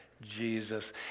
Jesus